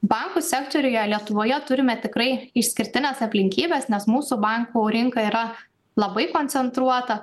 bankų sektoriuje lietuvoje turime tikrai išskirtines aplinkybes nes mūsų bankų rinka yra labai koncentruota